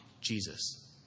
Jesus